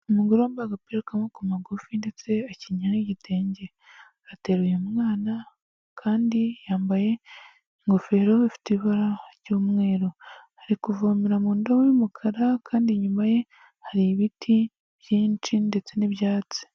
Umugore wambaye agapira k'amaboko magufi ndetse akenyera n'igitenge, ateruye umwana kandi yambaye ingofero ifite ibara ry'umweru, ari kuvomera mu ndobo y'umukara kandi inyuma ye hari ibiti byinshi ndetse n'ibyatsi.